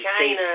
China